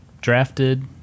drafted